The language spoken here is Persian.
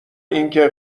اینکه